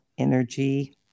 energy